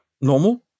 normal